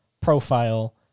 profile